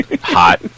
hot